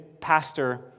pastor